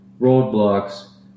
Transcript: roadblocks